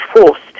forced